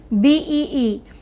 BEE